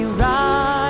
right